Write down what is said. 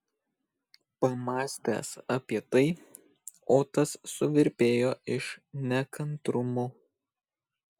pamąstęs apie tai otas suvirpėjo iš nekantrumo